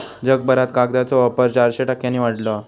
जगभरात कागदाचो वापर चारशे टक्क्यांनी वाढलो हा